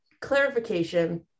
clarification